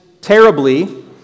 terribly